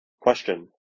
Question